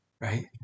right